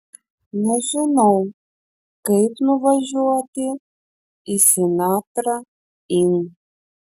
nežinau kaip nuvažiuoti į sinatra inn